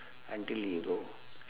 until you go